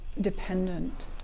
dependent